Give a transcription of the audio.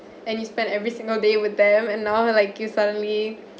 and you spend every single day with them and now like you suddenly